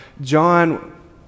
John